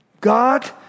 God